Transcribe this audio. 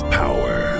power